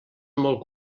molt